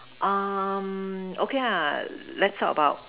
okay let's talk about